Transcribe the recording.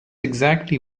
exactly